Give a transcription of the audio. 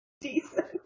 Decent